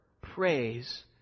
praise